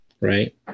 Right